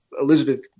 Elizabeth